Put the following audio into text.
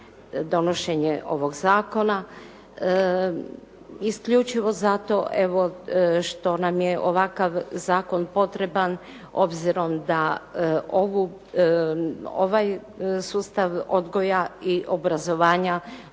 donošenje ovog zakona. Isključivo zato, evo što nam je ovakav zakon potreban obzirom da ovaj sustav odgoja i obrazovanja